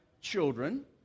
children